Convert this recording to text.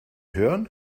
hören